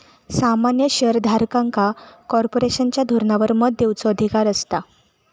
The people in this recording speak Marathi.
सामान्य शेयर धारकांका कॉर्पोरेशनच्या धोरणांवर मत देवचो अधिकार असता